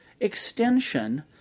extension